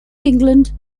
england